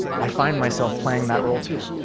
i find myself playing that role, too.